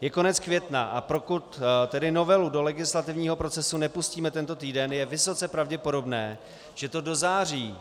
Je konec května, a pokud tedy novelu do legislativního procesu nepustíme tento týden, je vysoce pravděpodobné, že to do září